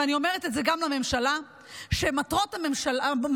ואני אומרת את זה גם לממשלה שמטרות המלחמה